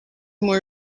more